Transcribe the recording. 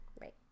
Right